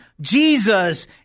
Jesus